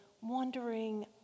wondering